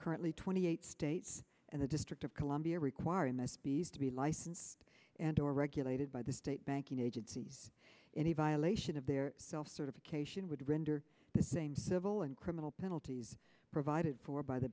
currently twenty eight states and the district of columbia requiring them to be licensed and or regulated by the state banking agency any violation of their self certification would render the same civil and criminal penalties provided for by the